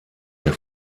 der